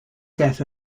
death